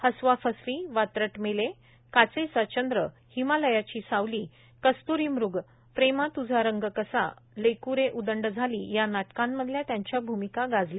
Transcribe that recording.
हसवाफसवी वात्रट मेले काचेचा चंद्र हिमालयाची सावली कस्त्री मृग प्रेमा तृझा रंग कसा लेक्रे उदंड झाली या नाटकांमधल्या त्यांच्या भूमिका गाजल्या